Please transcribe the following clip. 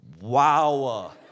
wow